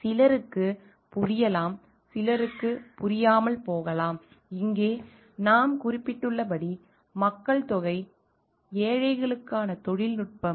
சிலருக்குப் புரியலாம் சிலருக்குப் புரியாமல் போகலாம் இங்கே நாம் குறிப்பிட்டுள்ளபடி மக்கள் தொகை ஏழைகளுக்கான தொழில்நுட்பம்